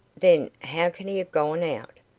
then how can he have gone out?